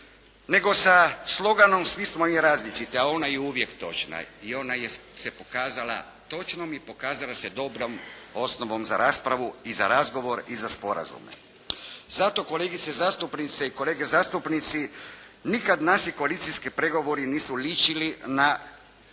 nego sa sloganom "svi smo mi različiti" a ona je uvijek točna i ona se pokazala točnom i pokazala se dobrom osnovom za raspravu i za razgovor i za sporazume. Zato kolegice zastupnice i kolege zastupnici nikad naši koalicijski pregovori nisu ličili na